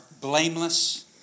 blameless